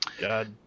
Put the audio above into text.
god